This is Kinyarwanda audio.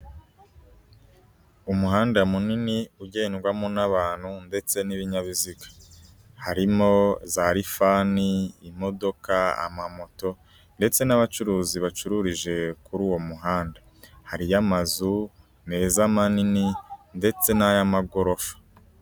Umuhanda munini ugendwamo n'abantu ndetse n'ibinyabiziga. Harimo za rifani, imodoka, amamoto ndetse n'abacuruzi bacururije kuri uwo muhanda. Hariyo amazu meza manini ndetse n'ay'amagorofa.